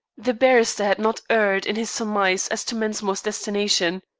the barrister had not erred in his surmise as to mensmore's destination.